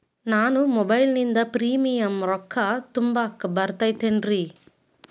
ನಾನು ಮೊಬೈಲಿನಿಂದ್ ಪ್ರೇಮಿಯಂ ರೊಕ್ಕಾ ತುಂಬಾಕ್ ಬರತೈತೇನ್ರೇ?